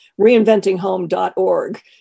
reinventinghome.org